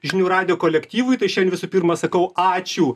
žinių radijo kolektyvui tai šiandien visų pirma sakau ačiū